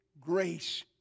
grace